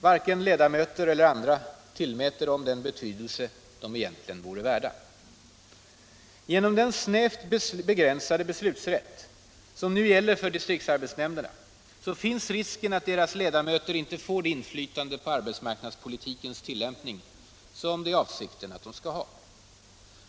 Varken ledamöter eller andra tillmäter dem den betydelse de egentligen vore värda. Genom den snävt begränsade beslutsrätt, som nu gäller för distriktsarbetsnämnderna, finns risken, att deras ledamöter inte får det inflytande på arbetsmarknadspolitikens tillämpning, som det är avsikten att de skall ha.